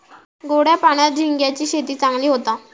गोड्या पाण्यात झिंग्यांची शेती चांगली होता